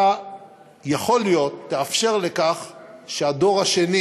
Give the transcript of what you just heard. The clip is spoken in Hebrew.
יכול להיות שאתה תאפשר שהדור השני